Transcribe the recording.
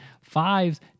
Fives